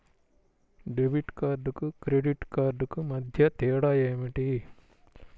Debit కార్డుకు credit credit కార్డుకు మధ్య తేడా ఏమిటీ?